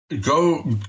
Go